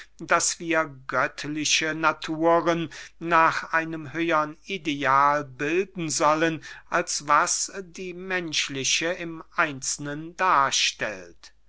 daß wir göttliche naturen nach einem höhern ideal bilden sollen als was die menschliche im einzelnen darstellt